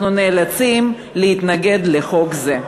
אנחנו נאלצים להתנגד לחוק זה.